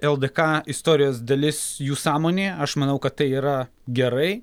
ldk istorijos dalis jų sąmonėj aš manau kad tai yra gerai